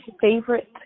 favorite